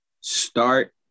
Start